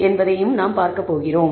என்பதையும் நாம் பார்க்கப் போகிறோம்